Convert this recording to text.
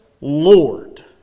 Lord